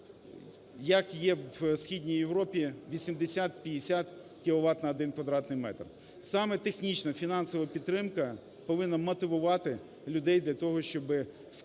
як є в Східній Європі, 80-50 кіловат на один квадратний метр. Саме технічна, фінансова підтримка повинна мотивувати людей для того, щоб інвестувати